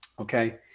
okay